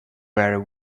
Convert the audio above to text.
were